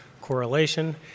correlation